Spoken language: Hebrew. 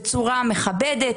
בצורה מכבדת,